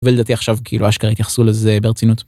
ולדעתי עכשיו כאילו אשכרה התייחסו לזה ברצינות.